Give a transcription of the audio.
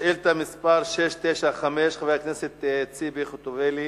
שאילתא מס' 695, של חברת הכנסת ציפי חוטובלי,